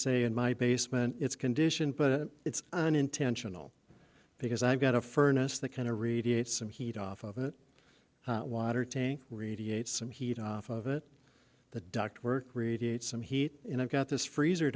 say in my basement it's condition but it's an intentional because i've got a furnace that kind of read it some heat off of it water tank radiates some heat off of it the duct work radiates some heat and i've got this freezer